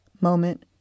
moment